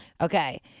Okay